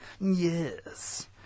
Yes